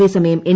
അതേസമയം എൻ